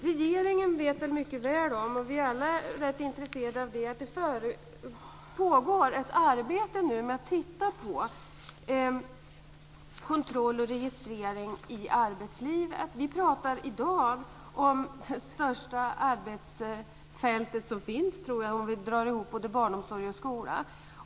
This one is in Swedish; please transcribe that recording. Regeringen vet mycket väl om - och vi alla är rätt intresserade av det - att det pågår ett arbete med att titta på kontroll och registrering i arbetslivet. Vi pratar i dag om det största arbetsfältet som finns, tror jag, om vi drar ihop både barnomsorg och skola.